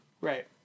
Right